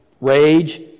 rage